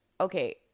okay